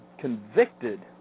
convicted